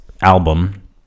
album